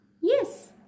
Yes